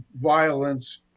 violence